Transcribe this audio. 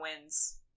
wins